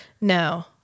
No